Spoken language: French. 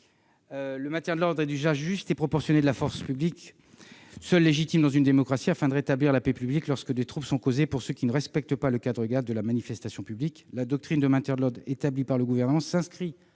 le maintien de l'ordre et l'usage juste et proportionné de la force publique sont seuls légitimes dans une démocratie, afin de de rétablir la paix publique lorsque des troubles sont causés et à l'égard de ceux qui ne respectent pas le cadre légal de la manifestation publique. La doctrine de maintien de l'ordre établie par le Gouvernement s'inscrit